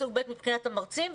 סוג ב' מבחינת המרצים,